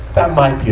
that might be